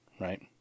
right